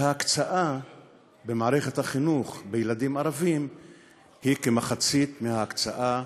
בשל העובדה שההקצאה במערכת החינוך לילדים ערבים היא כמחצית מההקצאה